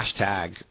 Hashtag